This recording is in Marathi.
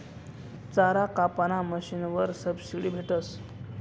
चारा कापाना मशीनवर सबशीडी भेटस